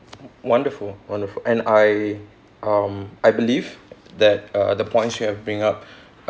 wonderful wonderful and I um I believe that uh the points you have bring up